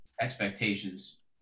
expectations